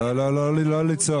לא לצעוק.